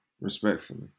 respectfully